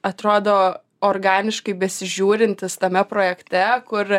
atrodo organiškai besižiūrintys tame projekte kur